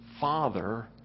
Father